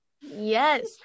Yes